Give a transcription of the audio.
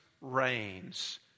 reigns